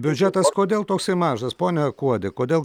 biudžetas kodėl toksai mažas pone kuodi kodėl